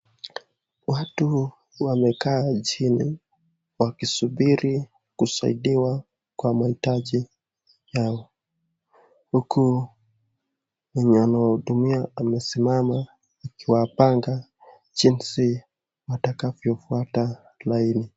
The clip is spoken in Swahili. Watu wamekaa chini wakisubiri kusaidiwa kwa maitaji yao huku analohudumia amesimama, akiwapanga jinsi watakapo pata laini.